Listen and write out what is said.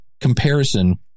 comparison